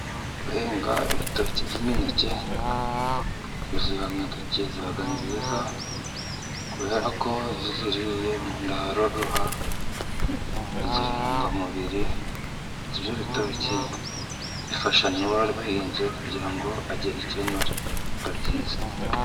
Guhinga ibitoki by'imineke, imineke iba myiza kubera ko iyo uyiriye mu nda haroroha bigira intungamubiri, ndetse ibyo bitoki bifasha n'uwaruhinze kugira ngo yikenure biba byiza.